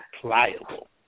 pliable